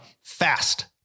fast